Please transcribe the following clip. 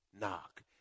knock